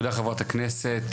תודה חברת הכנסת.